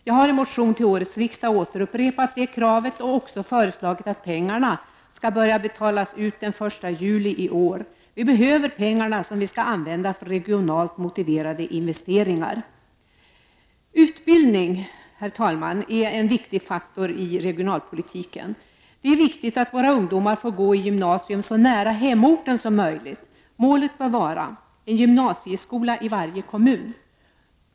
Jag har i en motion till årets riksdag återupprepat det kravet och också föreslagit att pengarna skall börja betalas ut den 1 juli i år. Vi behöver pengarna, som vi skall använda för regionalt motiverade investeringar! Utbildning, herr talman, är en viktig faktor i regionalpolitiken. Det är viktigt att våra ungdomar får gå i gymnasium så nära hemorten som möjligt. Målet bör vara en gymnasieskola i varje kommun.